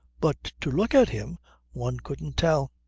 but to look at him one couldn't tell.